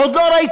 עוד לא ראיתי,